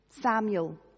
Samuel